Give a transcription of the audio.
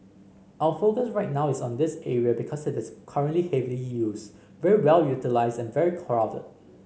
our focus right now is on this area because it is currently heavily used very well utilised and very crowded